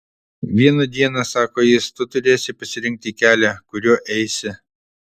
vieną dieną sako jis tu turėsi pasirinkti kelią kuriuo eisi